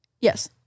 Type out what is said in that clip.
yes